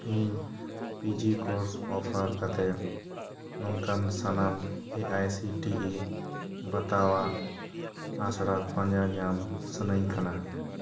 ᱤᱧ PG course ᱚᱯᱷᱟᱨ ᱠᱟᱛᱮᱫ ᱱᱚᱝᱠᱟᱱ ᱥᱟᱱᱟᱢ A I C T E ᱵᱟᱛᱟᱣᱟᱜ ᱟᱥᱲᱟ ᱯᱟᱸᱡᱟ ᱧᱟᱢ ᱥᱟᱱᱟᱧ ᱠᱟᱱᱟ